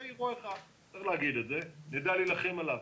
זה אירוע אחד אבל צריך להגיד את זה ונדע להילחם על זה.